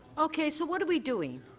okay. so what are we doing?